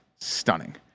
stunning